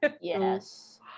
yes